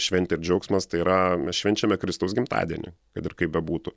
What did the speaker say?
šventė ir džiaugsmas tai yra mes švenčiame kristaus gimtadienį kad ir kaip bebūtų